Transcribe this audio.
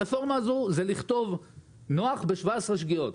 הרפורמה הזאת היא לכתוב "נח" ב-17 שגיאות,